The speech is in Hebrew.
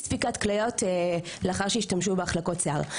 ספיקת כליות לאחר שהשתמשו בהחלקות שיער.